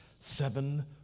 seven